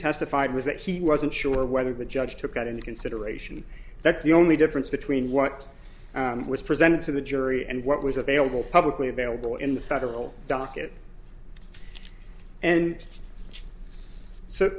testified was that he wasn't sure whether the judge took that into consideration that's the only difference between what was presented to the jury and what was available publicly available in the federal docket and so